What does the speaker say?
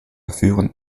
führend